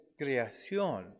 creación